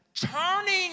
turning